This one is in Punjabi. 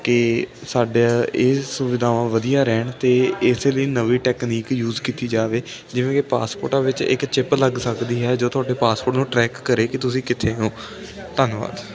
ਕਿ ਸਾਡੇ ਇਹ ਸੁਵਿਧਾਵਾਂ ਵਧੀਆ ਰਹਿਣ ਅਤੇ ਇਸ ਲਈ ਨਵੀਂ ਟੈਕਨੀਕ ਯੂਜ ਕੀਤੀ ਜਾਵੇ ਜਿਵੇਂ ਕਿ ਪਾਸਪੋਰਟਾਂ ਵਿੱਚ ਇੱਕ ਚਿੱਪ ਲੱਗ ਸਕਦੀ ਹੈ ਜੋ ਤੁਹਾਡੇ ਪਾਸਪੋਰਟ ਨੂੰ ਟਰੈਕ ਕਰੇ ਕਿ ਤੁਸੀਂ ਕਿੱਥੇ ਹੋ ਧੰਨਵਾਦ